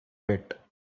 bit